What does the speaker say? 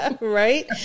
right